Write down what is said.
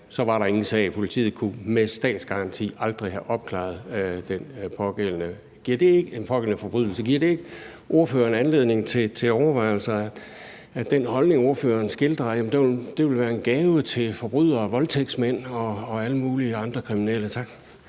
var der ingen sag. Politiet kunne med statsgaranti aldrig have opklaret den pågældende forbrydelse. Giver det ikke ordføreren anledning til overvejelser om den holdning, ordføreren skildrer – at det ville være en gave til forbrydere, voldtægtsmænd og alle mulige andre kriminelle? Tak.